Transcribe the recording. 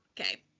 okay